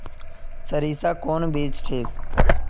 सरीसा कौन बीज ठिक?